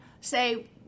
say